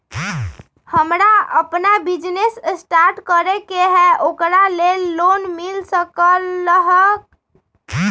हमरा अपन business start करे के है ओकरा लेल लोन मिल सकलक ह?